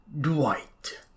Dwight